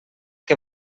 que